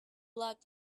luck